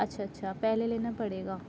اچھا اچھا پہلے لینا پڑے گا